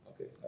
Okay